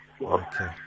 okay